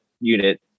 unit